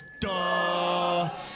duh